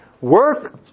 work